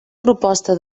proposta